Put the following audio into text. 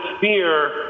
fear